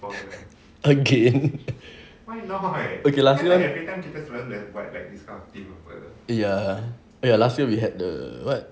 again okay last year ya oh ya last year we had the what